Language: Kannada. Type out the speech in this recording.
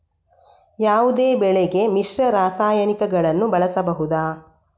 ಯಾವುದೇ ಬೆಳೆಗೆ ಮಿಶ್ರ ರಾಸಾಯನಿಕಗಳನ್ನು ಬಳಸಬಹುದಾ?